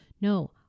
no